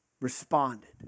responded